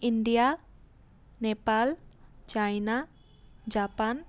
India Nepal China Japan